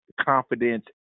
confidence